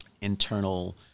internal